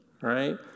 right